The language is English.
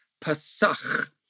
Pesach